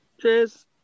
Cheers